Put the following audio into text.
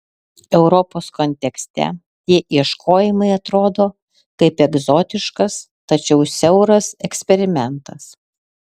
europos kontekste tie ieškojimai atrodo kaip egzotiškas tačiau siauras eksperimentas